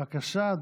בבקשה,